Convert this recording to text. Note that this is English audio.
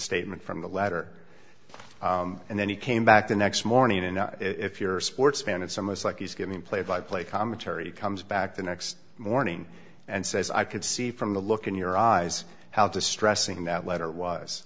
statement from the letter and then he came back the next morning and if you're a sports fan it's almost like he's getting play by play commentary comes back the next morning and says i could see from the look in your eyes how distressing that letter was